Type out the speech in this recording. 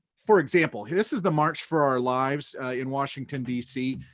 for example, this is the march for our lives in washington, d c,